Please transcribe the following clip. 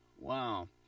Wow